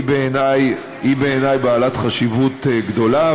היא בעיני בעלת חשיבות גדולה,